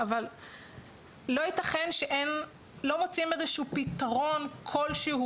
אבל לא יתכן שלא מוצאים איזשהו פתרון כלשהו,